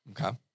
Okay